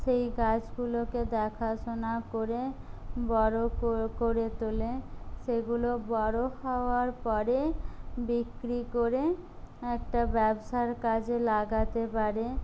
সেই গাছগুলোকে দেখাশোনা করে বড়ো করে করে তোলে সেইগুলো বড়ো হওয়ার পরে বিক্রি করে একটা ব্যবসার কাজে লাগাতে পারে